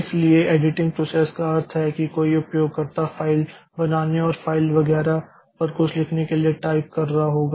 इसलिए editing process का अर्थ है कि कोई उपयोगकर्ता फ़ाइल बनाने और फ़ाइल वगैरह पर कुछ लिखने के लिए टाइप कर रहा होगा